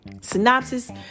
synopsis